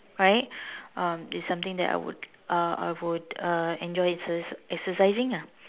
right um it's something that I would uh I would uh enjoy exer~ exercising ah